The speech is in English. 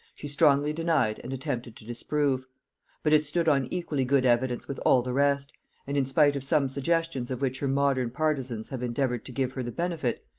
she strongly denied and attempted to disprove but it stood on equally good evidence with all the rest and in spite of some suggestions of which her modern partisans have endeavoured to give her the benefit,